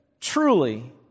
Truly